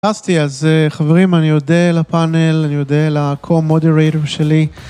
נכנסתי, אז חברים, אני אודה לפאנל, אני עודד לco-moderator שלי